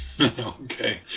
Okay